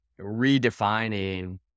redefining